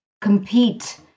compete